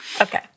Okay